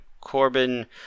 Corbin